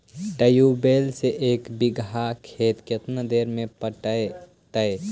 Tubewell से एक बिघा खेत केतना देर में पटैबए जितै?